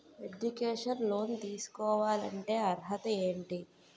Educational loan తీసుకోవాలంటే అర్హత ఏంటి?